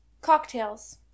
Cocktails